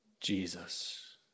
Jesus